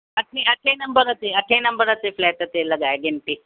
अठे अठे नंबर ते अठे नंबर ते फ्लैट ते लॻाए घिंटी